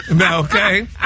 Okay